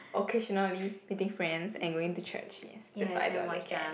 occasionally meeting friends and going to church yes that's what I do on the weekend